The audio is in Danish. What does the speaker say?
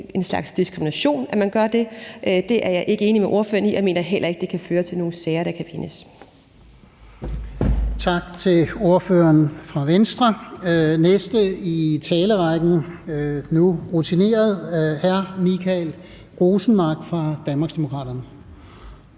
en slags diskrimination, at man gør det. Det er jeg ikke enig med ordføreren i, og jeg mener heller ikke, at det kan føre til nogen sager, der kan vindes. Kl. 14:07 Fjerde næstformand (Lars-Christian Brask): Tak til ordføreren fra Venstre. Den næste i talerækken er den nu rutinerede hr. Michael Rosenmark fra Danmarksdemokraterne.